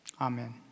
Amen